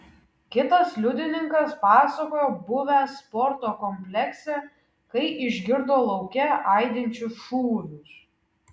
kitas liudininkas pasakojo buvęs sporto komplekse kai išgirdo lauke aidinčius šūvius